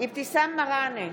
אבתיסאם מראענה,